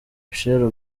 michelle